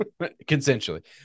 consensually